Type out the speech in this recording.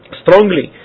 strongly